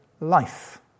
life